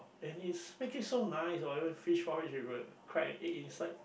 and is make it so nice or even fish porridge you would crack a egg inside